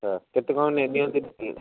ହଁ କେତେ କ'ଣ ନିଅନ୍ତି